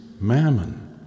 mammon